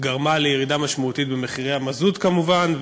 גרמה לירידה משמעותית במחירי המזוט, כמובן.